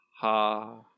ha